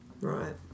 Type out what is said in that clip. Right